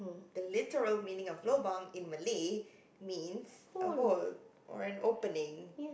the literal meaning of lobang in Malay means a hole or an opening